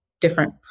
different